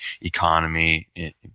economy